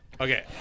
Okay